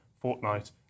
fortnight